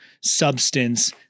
substance